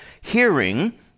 hearing